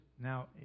now